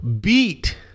beat